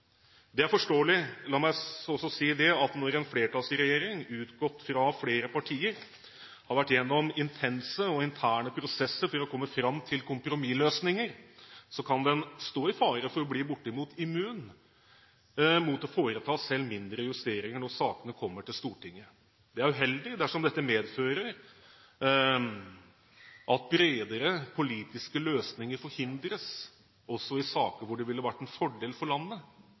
Det er forståelig – la meg også si det – når en flertallsregjering utgått fra flere partier har vært igjennom intense og interne prosesser for å komme fram til kompromissløsninger, at den kan stå i fare for å bli bortimot immun mot å foreta selv mindre justeringer når sakene kommer til Stortinget. Det er uheldig dersom dette medfører at bredere politiske løsninger forhindres også i saker hvor det ville vært en fordel for landet